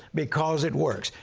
because it works.